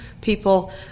people